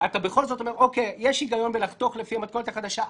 ואתה בכל זאת אומר שיש היגיון בלחתוך לפי המתכונת החדשה,